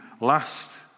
last